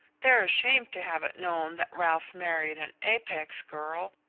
they're ashamed to have it known that ralph married an apex girl,